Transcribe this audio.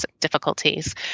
difficulties